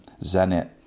Zenit